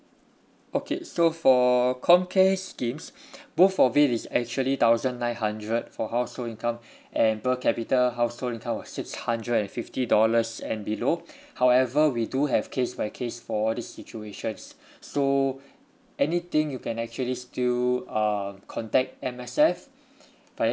okay so for comcare schemes both of it is actually thousand nine hundred for household income and per capita household income of six hundred and fifty dollars and below however we do have case by case for all these situations so anything you can actually still uh contact M_S_F via